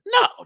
No